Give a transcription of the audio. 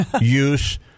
use